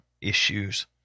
issues